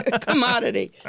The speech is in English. commodity